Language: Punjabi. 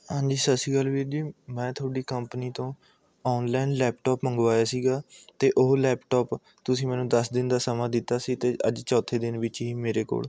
ਹਾਂਜੀ ਸਤਿ ਸ਼੍ਰੀ ਅਕਾਲ ਵੀਰ ਜੀ ਮੈਂ ਤੁਹਾਡੀ ਕੰਪਨੀ ਤੋਂ ਔਨਲਾਈਨ ਲੈਪਟੋਪ ਮੰਗਵਾਇਆ ਸੀ ਅਤੇ ਉਹ ਲੈਪਟੋਪ ਤੁਸੀਂ ਮੈਨੂੰ ਦਸ ਦਿਨ ਦਾ ਸਮਾਂ ਦਿੱਤਾ ਸੀ ਅਤੇ ਅੱਜ ਚੌਥੇ ਦਿਨ ਵਿੱਚ ਹੀ ਮੇਰੇ ਕੋਲ